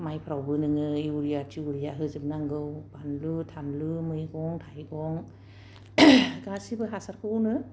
माइफ्रावबो नोङो इउरिया थिउरिया होजोबनांगौ फानलु थानलु मैगं थाइगं गासिबो हासारखौनो